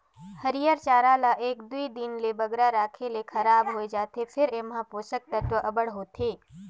हयिर चारा ल एक दुई दिन ले बगरा राखे ले खराब होए जाथे फेर एम्हां पोसक तत्व अब्बड़ होथे